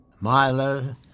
Milo